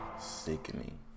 Sickening